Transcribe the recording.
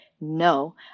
no